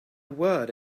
word